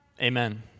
Amen